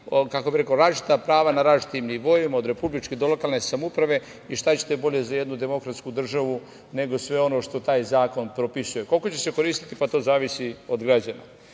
da postavljaju različita prava na različitim nivoima, od republičke do lokalne samouprave i šta ćete bolje za jednu demokratsku državu nego sve ono što taj zakon propisuje. Koliko će se koristiti, pa, to zavisi od građana,